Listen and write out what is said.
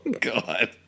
God